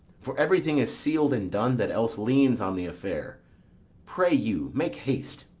for everything is seal'd and done that else leans on the affair pray you, make haste.